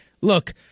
look